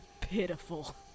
Pitiful